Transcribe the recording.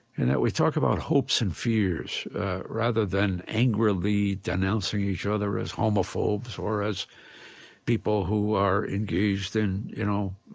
and that we talk about hopes and fears rather than angrily denouncing each other as homophobes or as people who are engaged in, you know,